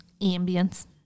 Ambience